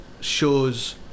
shows